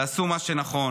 תעשו מה שנכון.